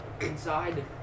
inside